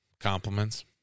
Compliments